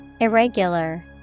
Irregular